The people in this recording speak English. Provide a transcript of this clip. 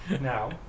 Now